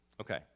Okay